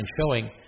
showing